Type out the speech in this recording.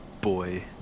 Boy